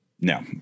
No